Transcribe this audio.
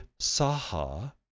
Saha